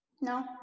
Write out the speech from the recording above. No